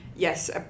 Yes